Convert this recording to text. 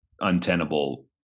untenable